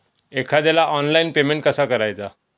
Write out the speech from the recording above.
एखाद्याला online payment कसा करायचा?